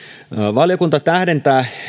valiokunta tähdentää